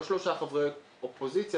לא שלושה חברי אופוזיציה,